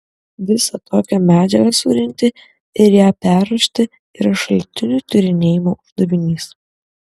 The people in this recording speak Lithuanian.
visą tokią medžiagą surinkti ir ją perruošti yra šaltinių tyrinėjimo uždavinys